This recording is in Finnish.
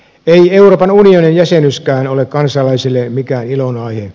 ei euroopan unionin jäsenyyskään ole kansalaisille mikään ilonaihe